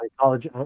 college